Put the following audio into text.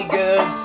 good